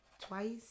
twice